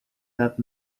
that